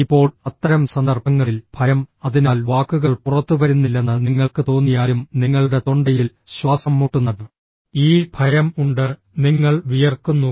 ഇപ്പോൾ അത്തരം സന്ദർഭങ്ങളിൽ ഭയം അതിനാൽ വാക്കുകൾ പുറത്തുവരുന്നില്ലെന്ന് നിങ്ങൾക്ക് തോന്നിയാലും നിങ്ങളുടെ തൊണ്ടയിൽ ശ്വാസംമുട്ടുന്ന ഈ ഭയം ഉണ്ട് നിങ്ങൾ വിയർക്കുന്നു